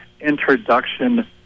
introduction